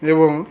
এবং